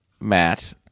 Matt